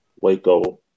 Waco